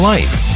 Life